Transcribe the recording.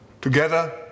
Together